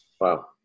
Wow